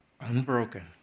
unbroken